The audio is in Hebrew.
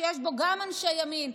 שיש בו גם אנשי ימין,